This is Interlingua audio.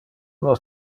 nos